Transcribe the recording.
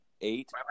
eight